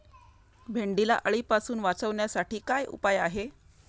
भेंडीला अळीपासून वाचवण्यासाठी काय उपाय आहे?